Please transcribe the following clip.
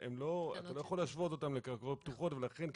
אתה לא יכול להשוות אותם לקרקעות פתוחות ולכן,